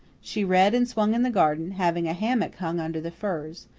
she read and swung in the garden, having a hammock hung under the firs.